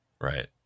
Right